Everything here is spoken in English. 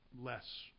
less